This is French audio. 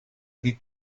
des